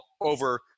over